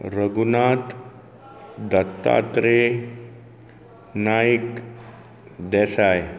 Raghunath Dattatray Naik Desai